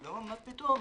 "לא, מה פתאום?